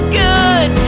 good